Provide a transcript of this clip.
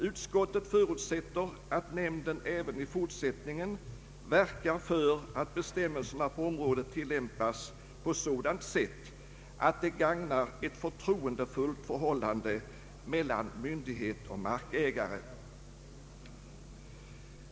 Utskottet förutsätter att nämnden även i fortsättningen verkar för att bestämmelserna på området tillämpas på sådant sätt att de gagnar ett förtroendefullt förhållande mellan myndighet och markägare.